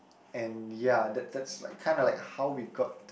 and ya that that's like kinda like how we got